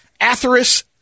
Atheris